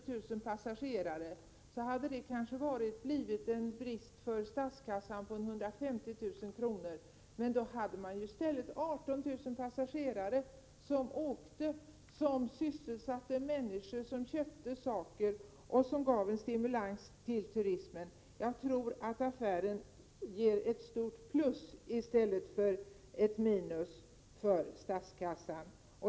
1987/88:110 hade det kanske inneburit en brist för statskassan på ungefär 150 000 kr. Men då hade man i stället kunnat transportera 18 000 passagerare som sysselsatte människor, köpte saker och gav en stimulans till turismen. Jag tror att affären kommer att ge ett stort plus i stället för ett minus för statskassan.